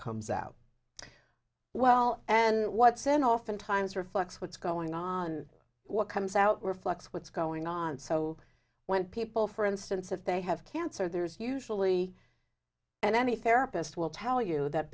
comes out well and what's in oftentimes reflects what's going on what comes out reflects what's going on so when people for instance if they have cancer there's usually and any therapist will tell you that